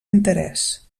interès